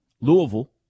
Louisville